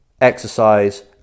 exercise